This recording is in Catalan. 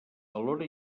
alhora